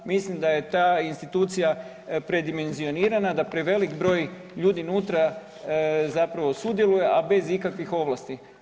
Mislim da je ta institucija predimenzionirana da prevelik broj ljudi unutra sudjeluje, a bez ikakvih ovlasti.